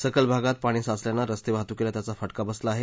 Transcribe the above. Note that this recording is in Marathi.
सखल भागात पाणी साचल्यानं रस्ते वाहतुकीला त्याचा फटका बसला आहे